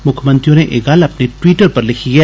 मुक्खमंत्री होरें एह गल्ल अपने टवीटर पर लिखी ऐ